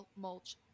mulch